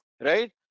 right